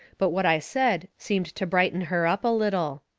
but what i said seemed to brighten her up a little.